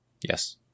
Yes